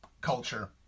culture